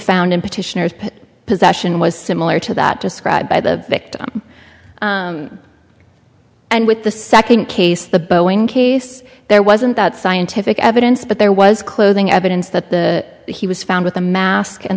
found in petitioners put possession was similar to that described by the victim and with the second case the boeing case there wasn't that scientific evidence but there was clothing evidence that the he was found with a mask and